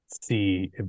see